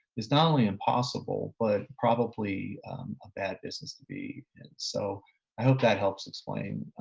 is not only impossible, but probably a bad business to be. and so i hope that helps explain